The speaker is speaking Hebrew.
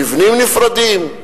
מבנים נפרדים,